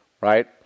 right